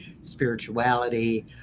spirituality